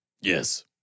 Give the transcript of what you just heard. Yes